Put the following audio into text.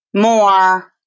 more